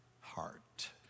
heart